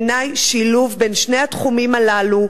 בעיני, שילוב בין שני התחומים הללו